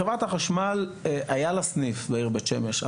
חברת החשמל היה לה סניף בעיר בית שמש,